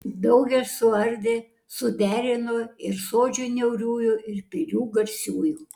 daugel suardė suderino ir sodžių niauriųjų ir pilių garsiųjų